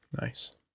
nice